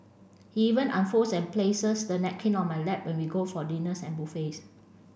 he even unfolds and places the napkin on my lap when we go for dinners and buffets